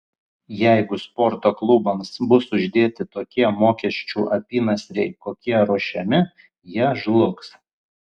jeigu sporto klubams bus uždėti tokie mokesčių apynasriai kokie ruošiami jie žlugs